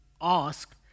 ask